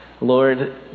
lord